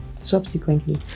subsequently